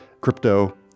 crypto